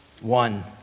one